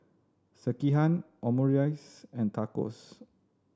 Sekihan Omurice and Tacos